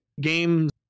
games